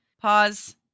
pause